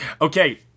Okay